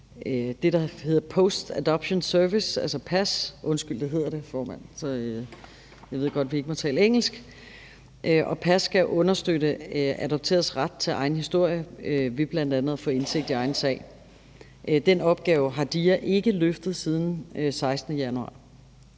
det, der hedder Post Adoption Services, altså PAS – undskyld, det hedder det, formand, og jeg ved godt, vi ikke må tale engelsk – og PAS skal understøtte adopteredes ret til egen historie, ved at man bl.a. kan få indsigt i egen sag. Den opgave har DIA ikke løftet siden den 16. januar.